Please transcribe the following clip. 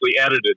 edited